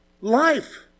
Life